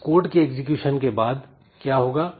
इस कोड के एग्जीक्यूशन के बाद क्या होगा